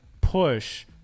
push